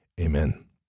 amen